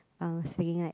I was speaking like